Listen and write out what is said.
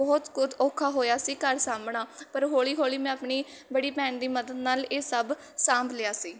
ਬਹੁਤ ਕੁ ਔਖਾ ਹੋਇਆ ਸੀ ਘਰ ਸਾਂਭਣਾ ਪਰ ਹੌਲੀ ਹੌਲੀ ਮੈਂ ਆਪਣੀ ਬੜੀ ਭੈਣ ਦੀ ਮਦਦ ਨਾਲ ਇਹ ਸਭ ਸਾਂਭ ਲਿਆ ਸੀ